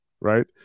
right